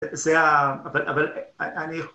זה.. אבל.. אבל.. אני..